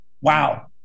Wow